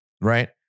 right